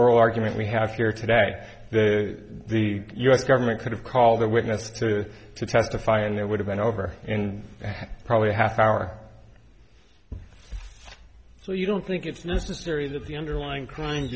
argument we have here today the the u s government could have called a witness to testify and there would have been over in probably a half hour so you don't think it's necessary that the underlying crime